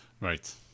right